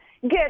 Good